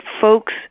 folks